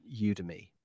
Udemy